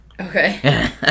Okay